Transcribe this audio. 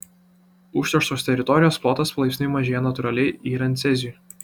užterštos teritorijos plotas palaipsniui mažėja natūraliai yrant ceziui